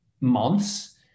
months